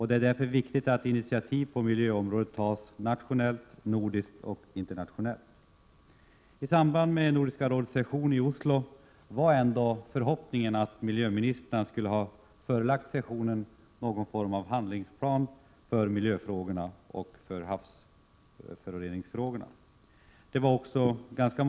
Det är därför viktigt att initiativ på miljöområdet tas nationellt, nordiskt och internationellt. Förhoppningen var att miljöministrarna i samband med Nordiska rådets session i Oslo skulle ha lagt fram någon form av handlingsplan för miljöfrågorna och även ett särskilt program mot havsföroreningar.